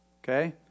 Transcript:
okay